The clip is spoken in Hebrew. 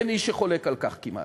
אין מי שחולק על כך כמעט.